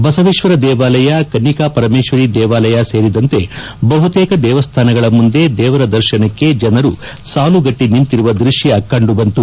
ಬಸವೇಶ್ವರ ದೇವಾಲಯ ಕನ್ನಿಕಾ ಪರಮೇಶ್ವರಿ ದೇವಾಲಯ ಸೇರಿದಂತೆ ಬಹುತೇಕ ದೇವಸ್ಥಾನಗಳ ಮುಂದೆ ದೇವರ ದರ್ಶನಕ್ಕೆ ಜನರು ಸಾಲುಗಟ್ಟ ನಿಂತಿರುವ ದೃಶ್ಯ ಕಂಡು ಬಂತು